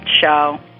show